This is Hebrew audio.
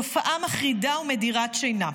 תופעה מחרידה ומדירת שינה.